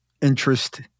interest